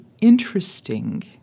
interesting